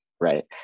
right